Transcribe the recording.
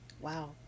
wow